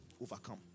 overcome